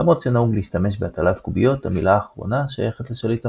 למרות שנהוג להשתמש בהטלת קוביות המילה האחרונה שייכת לשליט המבוך.